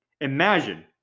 Imagine